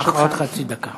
יש לך עוד חצי דקה.